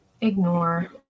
Ignore